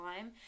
time